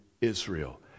Israel